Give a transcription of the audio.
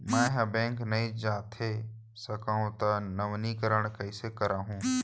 मैं ह बैंक नई जाथे सकंव त नवीनीकरण कइसे करवाहू?